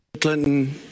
clinton